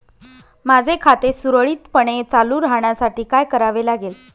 माझे खाते सुरळीतपणे चालू राहण्यासाठी काय करावे लागेल?